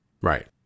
Right